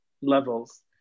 levels